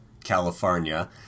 California